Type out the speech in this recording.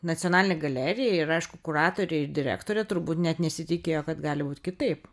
nacionalinė galerija ir aišku kuratorė ir direktorė turbūt net nesitikėjo kad gali būt kitaip